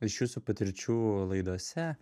iš jūsų patirčių laidose